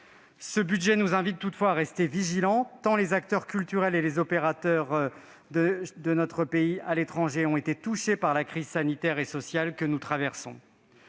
Ce budget nous invite toutefois à rester vigilants, tant les acteurs culturels et les opérateurs de notre pays à l'étranger ont été touchés par la crise sanitaire et sociale que nous traversons.